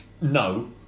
no